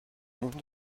monde